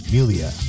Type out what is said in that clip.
Melia